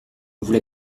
vous